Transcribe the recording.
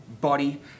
body